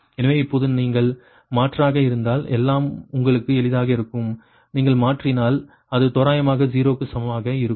எனவே இப்போது நீங்கள் மாற்றாக இருந்தால் எல்லாம் உங்களுக்கு எளிதாக இருக்கும் நீங்கள் மாற்றினால் அது தோராயமாக 0 க்கு சமமாக இருக்கும்